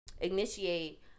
initiate